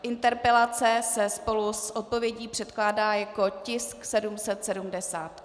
Interpelace se spolu s odpovědí předkládá jako tisk 778.